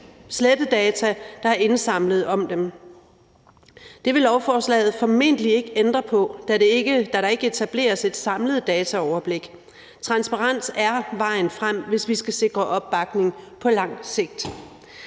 slette data, der er indsamlet om dem. Det vil lovforslaget formentlig ikke ændre på, da der ikke etableres et samlet dataoverblik. Transparens er vejen frem, hvis vi skal sikre opbakning på lang sigt.